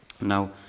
Now